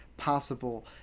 possible